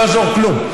לא יעזור כלום.